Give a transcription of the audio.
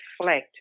reflect